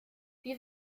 wie